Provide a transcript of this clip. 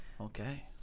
Okay